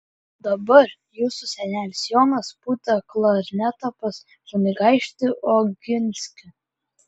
dar jūsų senelis jonas pūtė klarnetą pas kunigaikštį oginskį